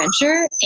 adventure